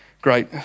great